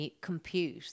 compute